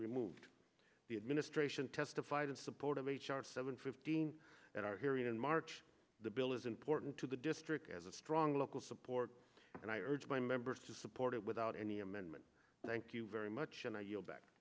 removed the administration testified in support of h r seven fifteen that are here in march the bill is important to the district as a strong local support and i urge my members to support it without any amendment thank you very much and i yield back